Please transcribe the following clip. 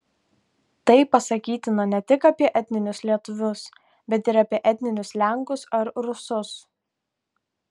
tai pasakytina ne tik apie etninius lietuvius bet ir apie etninius lenkus ar rusus